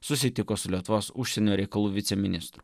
susitiko su lietuvos užsienio reikalų viceministru